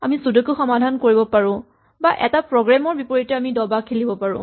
আমি ছুদকু সমাধান কৰিব পাৰো বা এটা প্ৰগ্ৰেম ৰ বিপৰীতে দবা খেলিব পাৰো